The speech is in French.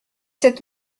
sept